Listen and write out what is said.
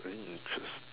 then you choose